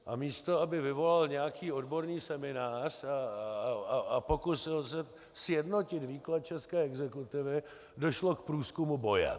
A místo toho, aby vyvolal nějaký odborný seminář a pokusil se sjednotit výklad české exekutivy, došlo k průzkumu bojem.